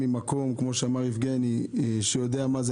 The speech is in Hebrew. באת ממקום שיודע מה זה,